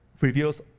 reveals